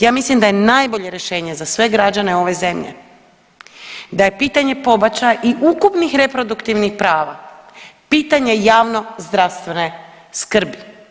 Ja mislim da je najbolje rješenje za sve građane ove zemlje da je pitanje pobačaja i ukupnih reproduktivnih prava pitanje javnozdravstvene skrbi.